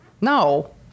No